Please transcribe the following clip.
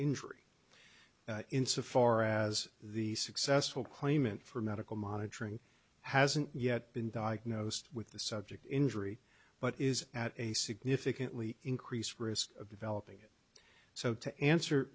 injury insofar as the successful claimant for medical monitoring hasn't yet been diagnosed with the subject injury but is at a significantly increased risk of developing it so to answer